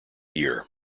year